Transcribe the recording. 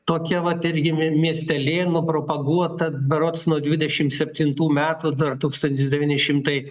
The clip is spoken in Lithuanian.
tokia vat ir gimė miestelėnų propaguota berods nuo dvidešim septintų metų dar tūkstantis devyni šimtai